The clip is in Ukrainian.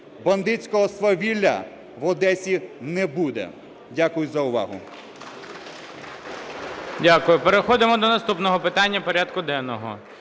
Бандитського свавілля в Одесі не буде. Дякую за увагу.